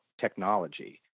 technology